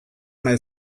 nahi